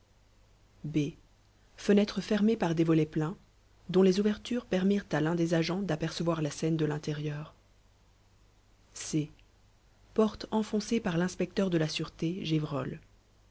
b fenêtre fermée par des volets pleins dont les ouvertures permirent à l'un des agents d'apercevoir la scène de l'intérieur c porte enfoncée par l'inspecteur de la sûreté